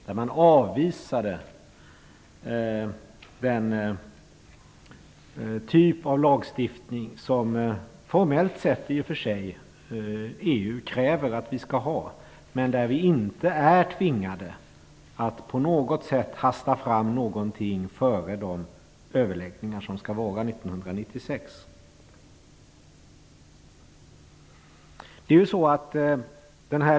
De avvisade den typ av lagstiftning som EU formellt sett kräver att vi skall ha, men där vi inte är tvingade att på något sätt hasta fram något före de överläggningar som skall ske 1996.